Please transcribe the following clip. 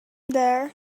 there